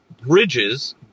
Bridges